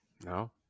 No